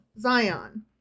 Zion